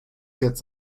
jetzt